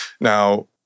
Now